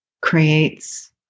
creates